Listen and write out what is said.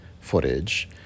footage